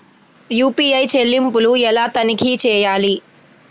UPI చెల్లింపులు ఎలా తనిఖీ చేయాలి?